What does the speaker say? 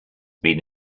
been